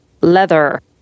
leather